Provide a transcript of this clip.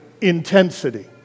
intensity